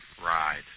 ride